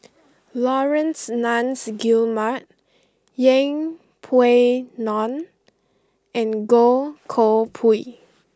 Laurence Nunns Guillemard Yeng Pway Ngon and Goh Koh Pui